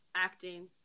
acting